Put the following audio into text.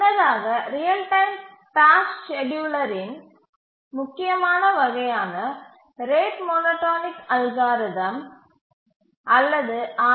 முன்னதாக real time task ஷெட்யூலரின் முக்கியமான வகையான ரேட் மோனோடோனிக் அல்காரிதம் அல்லது ஆர்